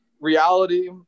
reality